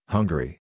Hungary